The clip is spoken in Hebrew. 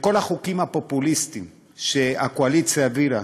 וכל החוקים הפופוליסטיים שהקואליציה העבירה